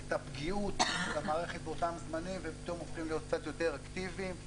את הפגיעות במערכת באותם זמנים ופתאום הופכים להיות קצת יותר אקטיביים.